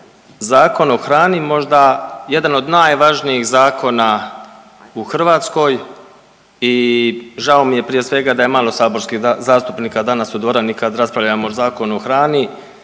Zakon o hrani možda jedan od najvažnijih zakona u Hrvatskoj i žao mi je prije svega da je malo saborskih zastupnika danas u dvorani kad raspravljamo o Zakonu o hrani